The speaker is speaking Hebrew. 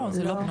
לא.